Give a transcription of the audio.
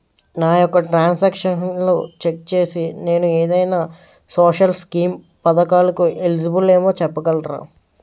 నా యెక్క ట్రాన్స్ ఆక్షన్లను చెక్ చేసి నేను ఏదైనా సోషల్ స్కీం పథకాలు కు ఎలిజిబుల్ ఏమో చెప్పగలరా?